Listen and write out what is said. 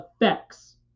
effects